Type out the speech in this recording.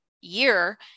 year